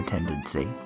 Tendency